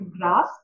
grass